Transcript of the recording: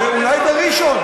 אולי בראשון.